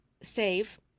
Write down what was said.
save